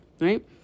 right